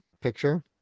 picture